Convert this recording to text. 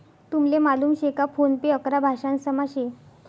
तुमले मालूम शे का फोन पे अकरा भाषांसमा शे